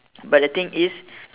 but the thing is